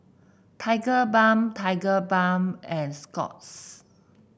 Tigerbalm Tigerbalm and Scott's